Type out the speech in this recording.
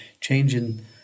changing